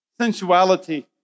sensuality